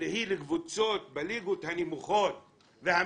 שהן הקבוצות בליגות הנמוכות והמרכזים,